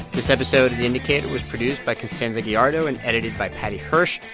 this episode of the indicator was produced by constanza gallardo and edited by paddy hirsch.